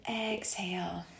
exhale